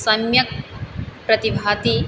सम्यक् प्रतिभाति